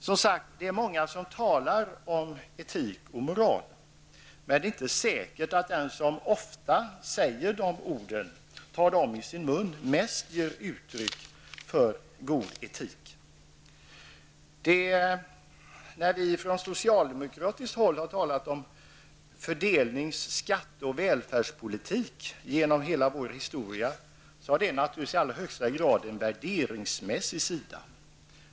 Det är som sagt många som talar om etik och moral, men det är inte säkert att den som ofta tar de orden i sin mun är den som mest ger uttryck för god etik. När vi socialdemokrater har talat om fördelnings-, skatte och välfärdspolitik genom hela vår historia har det naturligtvis i allra högsta grad en värderingsmässig sida.